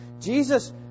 Jesus